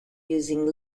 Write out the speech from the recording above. using